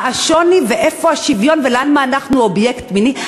מה השוני ואיפה השוויון ולמה אנחנו אובייקט מיני.